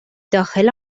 داخل